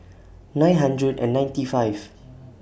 nine hundred and ninety five